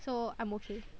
so I'm okay